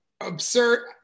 Absurd